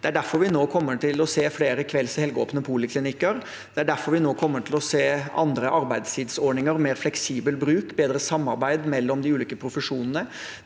vi nå kommer til å se flere kveldsog helgåpne poliklinikker. Det er derfor vi nå kommer til å se andre arbeidstidsordninger, mer fleksibel bruk og bedre samarbeid mellom de ulike profesjonene.